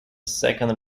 second